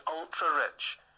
ultra-rich